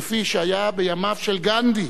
כפי שהיה בימיו של גנדי,